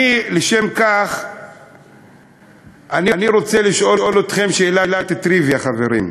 לשם כך אני רוצה לשאול אתכם שאלת טריוויה, חברים.